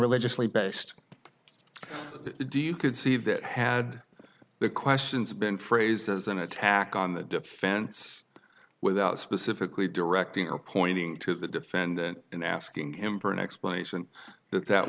religiously based do you could see that had the questions been phrased as an attack on the defense without specifically directing appointing to the defendant and asking him for an explanation that that